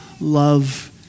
love